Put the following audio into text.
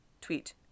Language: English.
Tweet